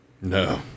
No